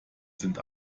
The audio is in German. sind